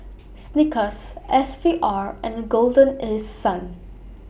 Snickers S V R and Golden East Sun